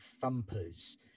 thumpers